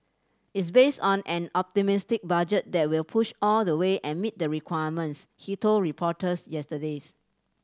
is based on an optimistic budget that will push all the way and meet the requirements he told reporters yesterdays